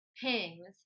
pings